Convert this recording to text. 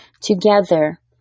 together